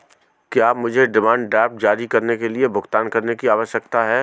क्या मुझे demand draft जारी करने के लिए भुगतान करने की आवश्यकता है?